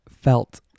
felt